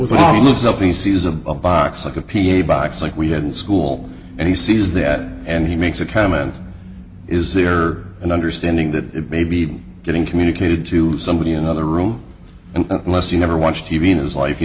sees a box like a p a box like we had in school and he sees that and he makes a comment is there an understanding that it may be getting communicated to somebody another room and unless he never watched t v in his life he